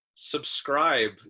subscribe